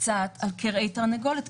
קצת על קרעי תרנגולת,